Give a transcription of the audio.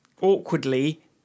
awkwardly